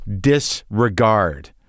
Disregard